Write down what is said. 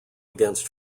against